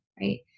right